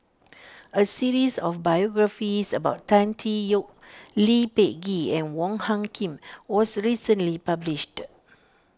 a series of biographies about Tan Tee Yoke Lee Peh Gee and Wong Hung Khim was recently published